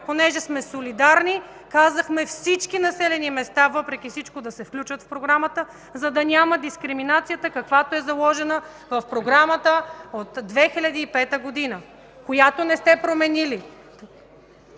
понеже сме солидарни, казахме: „Всички населени места, въпреки всичко да се включат в програмата”, за да я няма дискриминацията, каквато е заложена в програмата от 2005 г., която не сте променили.